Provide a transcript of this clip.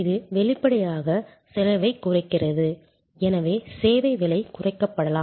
இது வெளிப்படையாக செலவைக் குறைக்கிறது எனவே சேவை விலை குறைக்கப்படலாம்